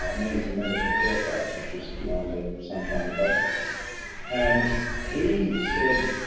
um man, he's a member for fairfax, which is, you know on the sunshine coast and he said,